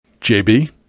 JB